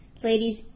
Ladies